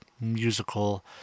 musical